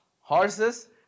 horses